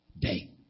day